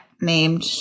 named